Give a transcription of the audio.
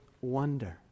wonder